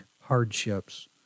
hardships